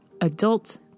adult